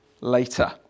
later